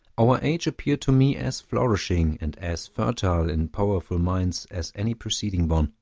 our age appeared to me as flourishing, and as fertile in powerful minds as any preceding one.